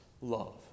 love